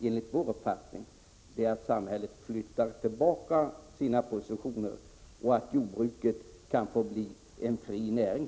Enligt vår uppfattning bör samhället flytta tillbaka sina positioner, så att jordbruket snart kan få bli en fri näring.